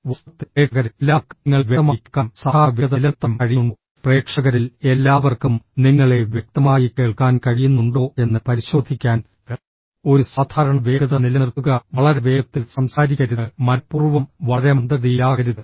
വാസ്തവത്തിൽ പ്രേക്ഷകരിൽ എല്ലാവർക്കും നിങ്ങളെ വ്യക്തമായി കേൾക്കാനും സാധാരണ വേഗത നിലനിർത്താനും കഴിയുന്നുണ്ടോ പ്രേക്ഷകരിൽ എല്ലാവർക്കും നിങ്ങളെ വ്യക്തമായി കേൾക്കാൻ കഴിയുന്നുണ്ടോ എന്ന് പരിശോധിക്കാൻ ഒരു സാധാരണ വേഗത നിലനിർത്തുക വളരെ വേഗത്തിൽ സംസാരിക്കരുത് മനഃപൂർവ്വം വളരെ മന്ദഗതിയിലാകരുത്